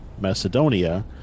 Macedonia